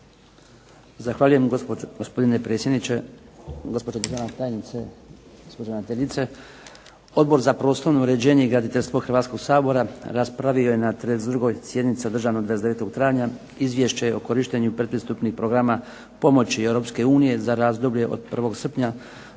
Zahvaljujem, gospodine predsjedniče. Gospođo državna tajnice, gospođo ravnateljice. Odbor za prostorno uređenje i graditeljstvo Hrvatskoga sabora raspravio je na 32. sjednici održanoj 29. travnja Izvješće o korištenju pretpristupnih programa pomoći Europske unije za razdoblje od 1. srpnja